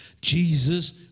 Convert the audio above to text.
jesus